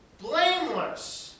blameless